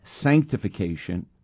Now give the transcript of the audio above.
sanctification